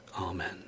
Amen